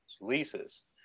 leases